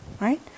Right